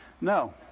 No